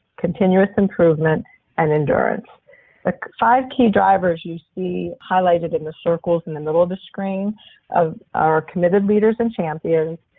continuous improvement and endurance. the five key drivers you see highlighted in the circles in the middle of the screen our committed leaders and champions,